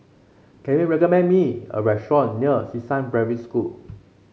can you recommend me a restaurant near Xishan Primary School